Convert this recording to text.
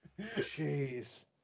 Jeez